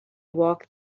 walk